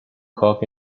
cock